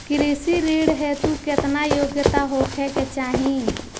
कृषि ऋण हेतू केतना योग्यता होखे के चाहीं?